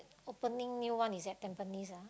opening new one is at Tampines ah